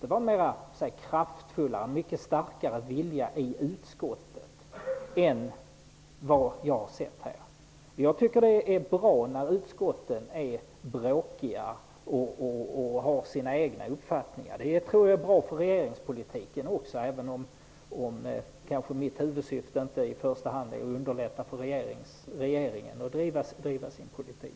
Det var en kraftfullare och starkare vilja i utskottet då än vad jag har sett nu. Jag tycker att det är bra när utskotten är bråkiga och har sina egna uppfattningar. Jag tror att det är bra för regeringspolitiken, även om mitt huvudsyfte inte är att underlätta för regeringen att driva sin politik.